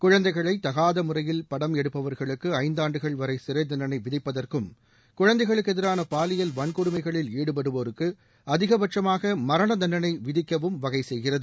குழந்தைகளை தகாத முறையில் படம் எடுப்பவர்களுக்கு ஐந்தாண்டுகள்வரை சிறை தண்டளை விதிப்பதற்கும் பாலியல் வன்கொடுமைகளில் ஈடுபடுவோருக்கு அதிகபட்சமாக மரண தண்டனை விதிக்கவும் வகை செய்கிறது